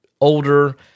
older